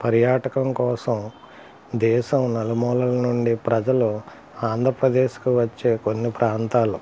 పర్యాటకం కోసం దేశం నలుమూలల నుండి ప్రజలు ఆంధ్రప్రదేశ్కు వచ్చే కొన్ని ప్రాంతాలు